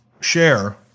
share